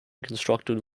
constructed